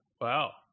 Wow